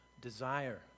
desire